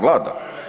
Vlada?